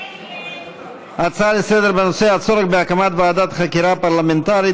על הצורך בהקמת ועדת חקירה פרלמנטרית